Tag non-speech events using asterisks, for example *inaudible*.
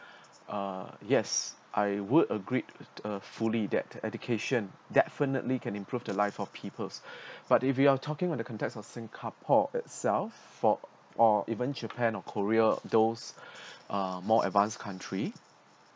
uh yes I would agreed with a fully that education definitely can improve the life of people's *breath* but if you are talking on the context of singapore itself for or even japan or korea those *breath* uh more advanced country